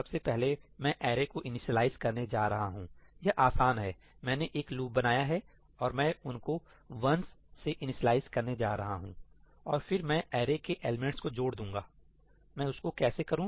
सबसे पहले मै अरे को इनीशिएलाइज् करने जा रहा हूं यह आसान है मैंने एक लूप बनाया और मैं उनको 1's से इनीशिएलाइज् करने जा रहा हूं और फिर मैं अरे के एलिमेंट्स को जोड़ दूंगा मैं उसको कैसे करू